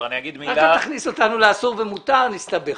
רק אל תכניס אותנו לאסור ולמותר כי נסתבך.